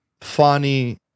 funny